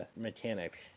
mechanic